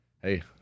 hey